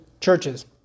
churches